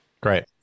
Great